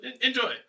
enjoy